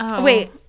Wait